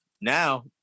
now